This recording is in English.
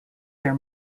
their